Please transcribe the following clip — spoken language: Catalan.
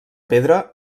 pedra